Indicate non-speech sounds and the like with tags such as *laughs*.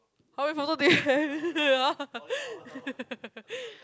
how many photo did you have *laughs* ya